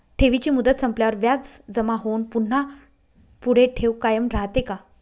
ठेवीची मुदत संपल्यावर व्याज जमा होऊन पुन्हा पुढे ठेव कायम राहते का?